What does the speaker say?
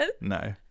no